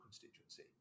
constituency